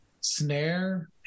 snare